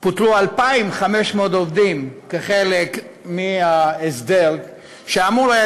פוטרו 2,500 עובדים כחלק מההסדר שאמור היה